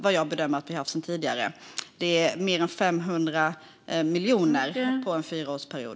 Det är fråga om mer än 500 miljoner under en fyraårsperiod.